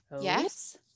Yes